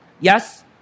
Yes